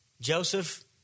Joseph